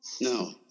No